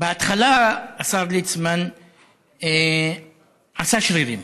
בהתחלה השר ליצמן עשה שרירים